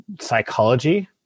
psychology